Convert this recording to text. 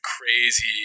crazy